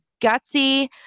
gutsy